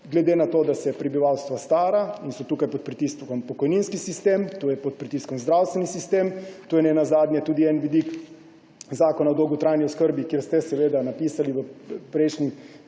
glede na to, da se prebivalstvo stara in je tukaj pod pritiskom pokojninski sistem, tu je pod pritiskom zdravstveni sistem. Tu je ne nazadnje tudi en vidik Zakona o dolgotrajni oskrbi, kjer ste napisali v prejšnji